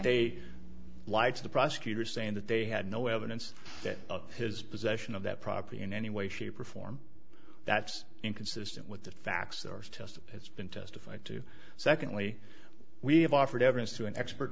they lied to the prosecutor saying that they had no evidence that of his possession of that property in any way shape or form that's inconsistent with the facts or just it's been testified to secondly we have offered evidence to an expert